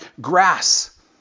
grass